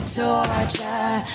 torture